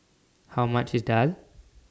How much IS Daal